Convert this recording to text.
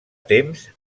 temps